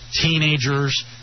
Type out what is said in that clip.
teenagers